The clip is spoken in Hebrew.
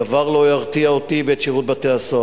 דבר לא ירתיע אותי ואת שירות בתי-הסוהר.